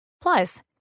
Plus